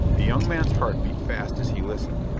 the young man's heart beat fast as he listened,